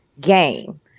game